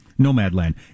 Nomadland